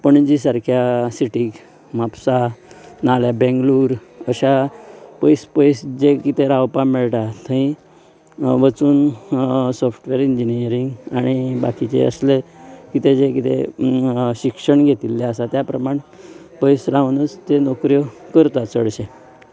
पणजे सारक्या सिटींत म्हापश्या नाजाल्यार बेंगलोर अश्या पयस पयस जे कितें रावपाक मेळटा थंय वचून सॉफ्टवेर इंन्जिनियरिंग आनी बाकिचें असलें कितें जे कितें शिक्षण घेतिल्ले आसा त्या प्रमाण पयस रावनच त्यो नोकऱ्यो करतात चडशें